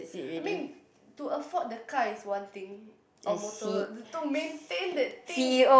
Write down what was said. I mean to afford the car is one thing or motor to maintain that thing it's